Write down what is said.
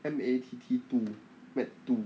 M A T T two matt two